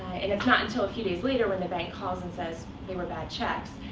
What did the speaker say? it's not until a few days later, when the bank calls and says they were bad checks,